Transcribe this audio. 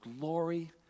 glory